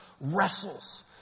...wrestles